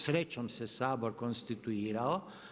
Srećom se Sabor konstituirao.